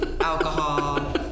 alcohol